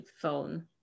phone